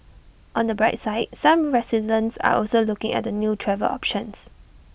on the bright side some residents are also looking at the new travel options